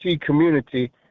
community